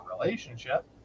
relationship